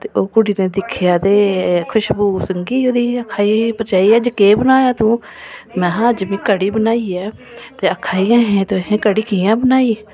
ते ओह् कुड़ी नै दिक्खेआ ते खुश्बू सिंघी ते आक्खन लगी भरजाई अज्ज केह् बनाया तो में हा अज्ज में कढ़ी बनाई ऐ ते आक्खन लगी कि तुसें कढ़ी कियां बनाई